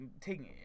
taking